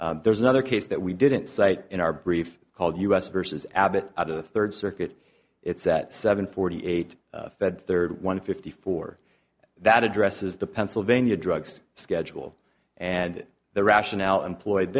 elements there's another case that we didn't cite in our brief called us versus abbott out of the third circuit it's that seven forty eight fed third one fifty four that addresses the pennsylvania drugs schedule and the rationale employed